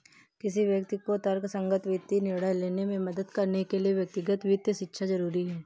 किसी व्यक्ति को तर्कसंगत वित्तीय निर्णय लेने में मदद करने के लिए व्यक्तिगत वित्त शिक्षा जरुरी है